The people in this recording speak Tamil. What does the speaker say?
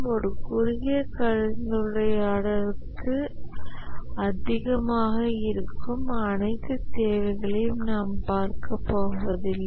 ஒரு குறுகிய கலந்துரையாடலுக்கு அதிகமாக இருக்கும் அனைத்து தேவைகளையும் நாம் பார்க்கப்போவதில்லை